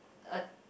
a